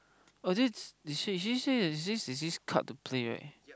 oh this is she say there's this there's this card to play right